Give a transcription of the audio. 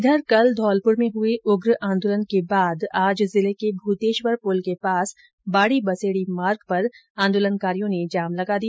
इधर कल धौलपुर में हुए उग्र आंदोलन के बाद आज जिले के भूतेश्वर पुल के पास बाडी बसेडी मार्ग पर आंदोलनकारियों ने जाम लगा दिया